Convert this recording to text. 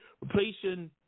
replacing